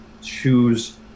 choose